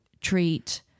treat